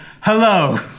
Hello